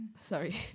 Sorry